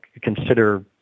consider